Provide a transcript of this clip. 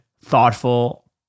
thoughtful